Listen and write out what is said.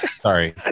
Sorry